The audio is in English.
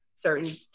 certain